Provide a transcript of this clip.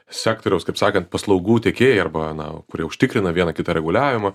sektoriaus kaip sakant paslaugų tiekėjai arba na kuri užtikrina vieną kitą reguliavimą